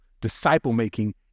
disciple-making